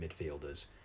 midfielders